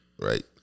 Right